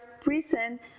prison